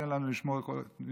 תן לנו לשמור על כל המצוות.